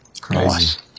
Crazy